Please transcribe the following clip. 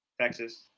Texas